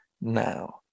Now